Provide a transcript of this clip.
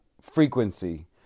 frequency